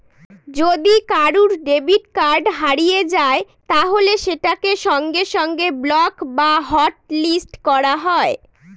যদি কারুর debit card হারিয়ে যায় তাহলে সেটাকে সঙ্গে সঙ্গে ব্লক বা হটলিস্ট করা যায়